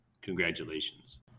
Congratulations